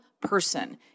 person